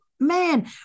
Man